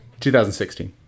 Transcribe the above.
2016